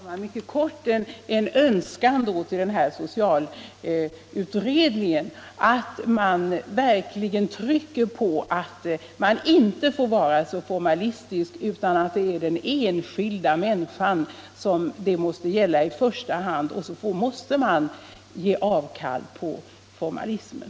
Herr talman! Jag vill mycket kort uttala en önskan att socialutredningen verkligen trycker på att man inte får vara så formalistisk. Det är den enskilda människans väl som det i första hand måste gälla, och då måste man göra avkall på formalismen.